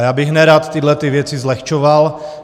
Já bych nerad tyhle věci zlehčoval.